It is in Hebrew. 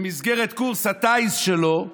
במסגרת קורס הטיס שלו,